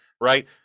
right